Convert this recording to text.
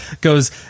goes